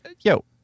Yo